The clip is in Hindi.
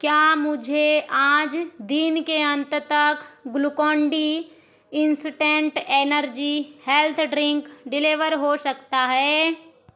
क्या मुझे आज दिन के अंत तक Glucon D instant energy health drink deliver हो सकता है